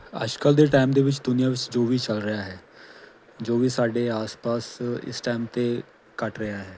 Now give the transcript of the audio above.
ਅੱਜ ਕੱਲ੍ਹ ਦੇ ਟਾਈਮ ਦੇ ਵਿੱਚ ਦੁਨੀਆਂ ਵਿੱਚ ਜੋ ਵੀ ਚੱਲ ਰਿਹਾ ਹੈ ਜੋ ਵੀ ਸਾਡੇ ਆਸ ਪਾਸ ਇਸ ਟਾਈਮ 'ਤੇ ਘੱਟ ਰਿਹਾ ਹੈ